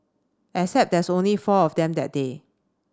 except there's only four of them that day